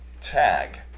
Tag